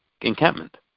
encampment